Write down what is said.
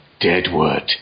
Deadwood